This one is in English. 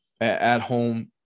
at-home